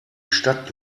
stadt